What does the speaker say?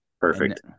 Perfect